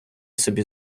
собі